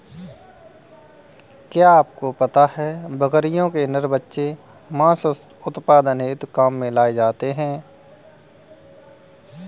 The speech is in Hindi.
क्या आपको पता है बकरियों के नर बच्चे मांस उत्पादन हेतु काम में लाए जाते है?